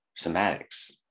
somatics